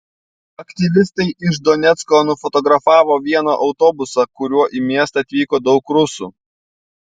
aktyvistai iš donecko nufotografavo vieną autobusą kuriuo į miestą atvyko daug rusų